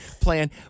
plan